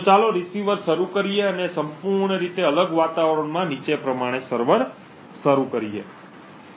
ચાલો રીસીવર શરૂ કરીએ અને સંપૂર્ણ રીતે અલગ વાતાવરણમાં નીચે પ્રમાણે સર્વર શરૂ કરીએ